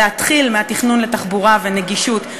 להתחיל מהתכנון לתחבורה ונגישות,